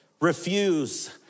Refuse